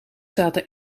zaten